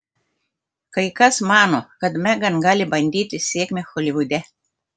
kai kas mano kad megan gali bandyti sėkmę holivude